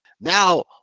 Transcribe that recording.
Now